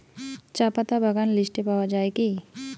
চাপাতা বাগান লিস্টে পাওয়া যায় কি?